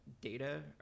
data